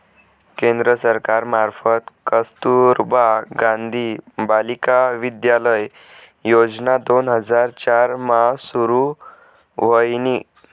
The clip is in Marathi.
केंद्र सरकार मार्फत कस्तुरबा गांधी बालिका विद्यालय योजना दोन हजार चार मा सुरू व्हयनी